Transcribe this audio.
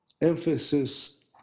emphasis